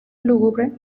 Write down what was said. lúgubre